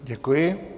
Děkuji.